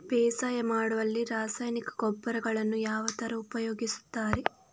ಬೇಸಾಯ ಮಾಡುವಲ್ಲಿ ರಾಸಾಯನಿಕ ಗೊಬ್ಬರಗಳನ್ನು ಯಾವ ತರ ಉಪಯೋಗಿಸುತ್ತಾರೆ?